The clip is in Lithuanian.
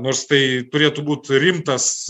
nors tai turėtų būt rimtas